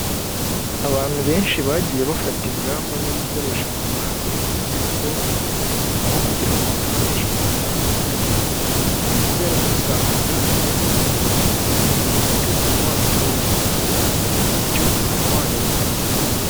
Abantu benshi bagiye bafata ingamba zo gukoresha amafaranga yo kuri telefone, aho kugira ngo bakoreshe amafaranga bafite mu ntoki kubera ko usanga ayo mafaranga bafite mu ntoki umutekano wayo utaba wizewe, bityo ukaba wayabura bitunguranye.